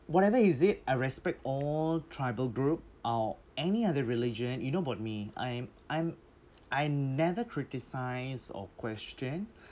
whatever is it I respect all tribal group or any other religion you know about me I'm I'm I never criticise or question